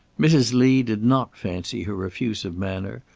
mrs. lee did not fancy her effusive manner,